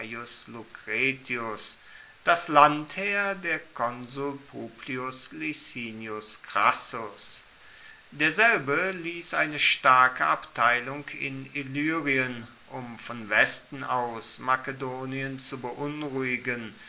das landheer der konsul publius licinius crassus derselbe liess eine starke abteilung in illyrien um von westen aus makedonien zu beunruhigen